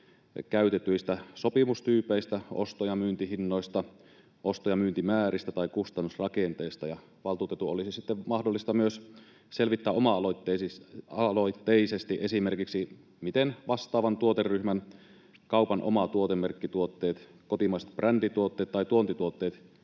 käytetyistä sopimustyypeistä, osto- ja myyntihinnoista, osto- ja myyntimääristä tai kustannusrakenteesta. Valtuutetun olisi sitten mahdollista myös selvittää oma-aloitteisesti esimerkiksi, miten vastaavan tuoteryhmän kaupan omat tuotemerkkituotteet, kotimaiset brändituotteet tai tuontituotteet